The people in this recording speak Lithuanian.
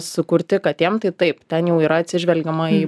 sukurti katėm tai taip ten jau yra atsižvelgiama į